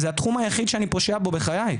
זה התחום היחיד שאני פושע בו בחיי,